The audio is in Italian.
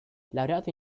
laureato